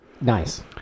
Nice